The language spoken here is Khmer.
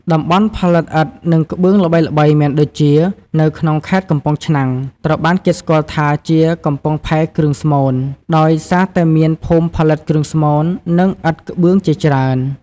តំបន់ផលិតឥដ្ឋ និងក្បឿងល្បីៗមានដូចជា នៅក្នុងខេត្ត កំពង់ឆ្នាំង ត្រូវបានគេស្គាល់ថាជា "កំពង់ផែគ្រឿងស្មូន" ដោយសារតែមានភូមិផលិតគ្រឿងស្មូន និងឥដ្ឋក្បឿងជាច្រើន។